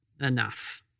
enough